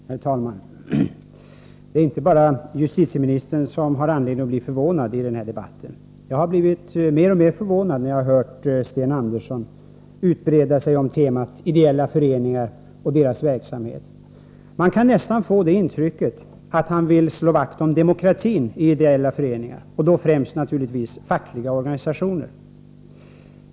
Herr talman! Det är inte bara justitieministern som har anledning att bli förvånad i den här debatten. Jag har blivit mer och mer förvånad när jag har hört Sten Andersson i Malmö utbreda sig om temat ideella föreningar och deras verksamhet. Man kan nästan få intrycket att han vill slå vakt om demokratin i ideella föreningar, och då främst naturligtvis fackliga organisationer.